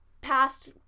Past